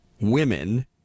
women